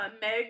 Meg